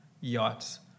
yachts